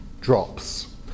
drops